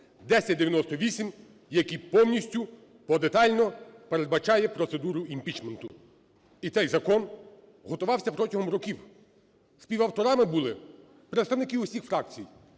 1098, який повністю, подетально, передбачає процедуру імпічменту. І цей закон готувався протягом років. Співавторами були представники усіх фракцій,